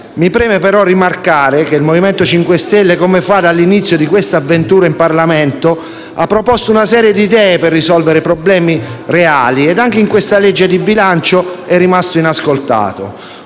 Mi preme però rimarcare che il Movimento 5 Stelle, come fa dall'inizio di questa avventura in Parlamento, ha proposto una serie di idee per risolvere problemi reali, ed anche in questa legge di bilancio è rimasto inascoltato.